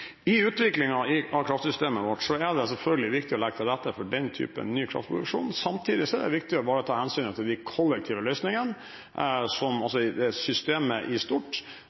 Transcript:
I utviklingen av kraftsystemet vårt er det selvfølgelig viktig å legge til rette for den typen ny kraftproduksjon samtidig som det er viktig å ivareta hensynet til de kollektive løsningene, systemet i stort, og så er